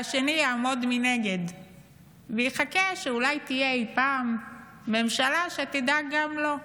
והשני יעמוד מנגד ויחכה שאולי תהיה אי פעם ממשלה שתדאג גם לו?